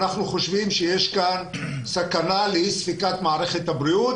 אנחנו חושבים שיש כאן סכנה לאי ספיקת מערכת הבריאות